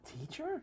teacher